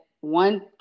one